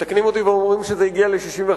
מתקנים אותי ואומרים שזה הגיע ל-65.